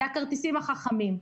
זה הכרטיסים החכמים.